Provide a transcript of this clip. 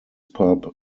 pub